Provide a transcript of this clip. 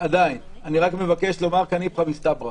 עדין, אני רק מבקש לומר כאן איפכא מסתברא